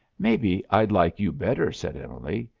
maybe i'd like you better, said emily,